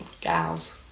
Gals